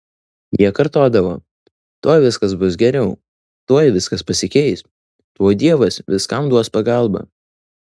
jie kartodavo tuoj viskas bus geriau tuoj viskas pasikeis tuoj dievas viskam duos pagalbą